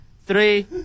three